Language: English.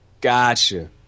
Gotcha